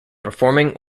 performing